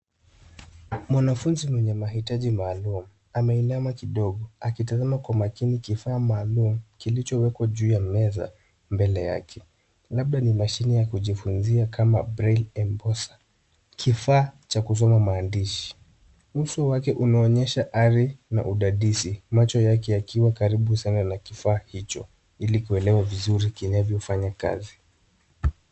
Mwanafunzi mwenye mahitaji maalum ameinama kidogo akitazama kwa makini kifaa maalum kilichowekwa juu ya meza mbele yake, labda ni mashini ya kujifunzia kama braille embosser , kifaa cha kusoma maandishi. Uso wake unaonyesha ari na udadisi. Macho yake yakiwa karibu sana na kifaa hicho ili kuelewa vizuri kinavyo fanya kazi.